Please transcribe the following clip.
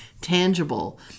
tangible